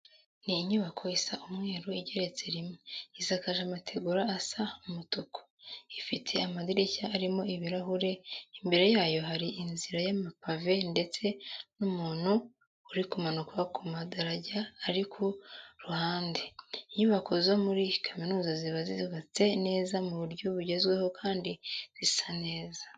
Ni inyubako isa umweru igeretse rimwe, isakaje amategura asa umutuku, ifite amadirishya arimo ibirahure. Imbere yayo hari inzira y'amapave ndetse n'umuntu uri kumanuka ku madarajya ari ku ruhande. Inyubako zo muri kaminuza ziba zubatse neza mu buryo bugezweho kandi zisa neza.